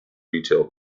retail